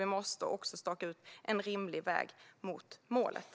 Vi måste också staka ut en rimlig väg mot målet.